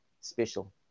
special